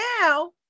now